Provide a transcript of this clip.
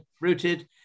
rooted